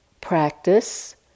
practice